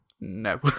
No